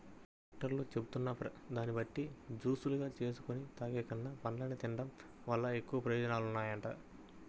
డాక్టర్లు చెబుతున్న దాన్ని బట్టి జూసులుగా జేసుకొని తాగేకన్నా, పండ్లను తిన్డం వల్ల ఎక్కువ ప్రయోజనాలుంటాయంట